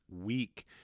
week